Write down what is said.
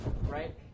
right